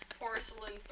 Porcelain